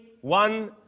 one